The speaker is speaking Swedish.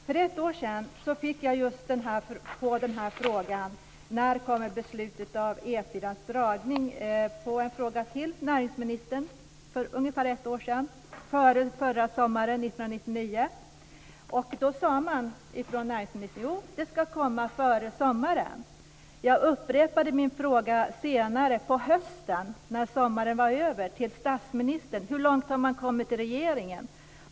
För ett år sedan, före sommaren 1999, fick jag på frågan till näringsministern om när beslutet om E 4:ans dragning kommer svaret att beslutet ska komma före sommaren. Jag upprepade min fråga till statsministern senare på hösten när sommaren var över, nämligen hur långt regeringen hade kommit.